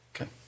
Okay